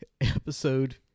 episode